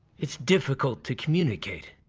it's difficult to communicate.